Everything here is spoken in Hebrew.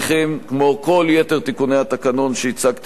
כמו כל יתר תיקוני התקנון שהצגתי בעבר,